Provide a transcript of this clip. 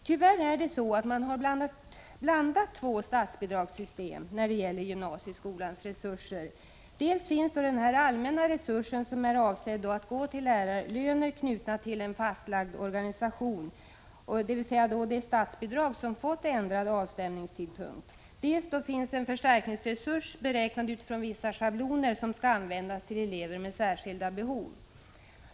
Tyvärr är det så att man har blandat två statsbidragssystem för gymnasieskolans resurser: dels finns den allmänna resursen som är avsedd att gå till lärarlöner knutna till den fastlagda organisationen, dvs. det statsbidrag som fått ändrad avstämningstidpunkt, dels finns en förstärkningsresurs beräknad utifrån vissa schabloner som skall användas till elever med särskilda behov.